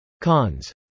Cons